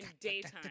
daytime